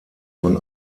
von